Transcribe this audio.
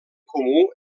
comú